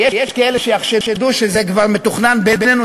כי יש כאלה שיחשדו שזה כבר מתוכנן בינינו,